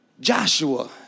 Joshua